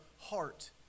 heart